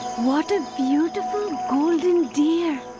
what a beautiful golden deer!